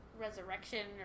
Resurrection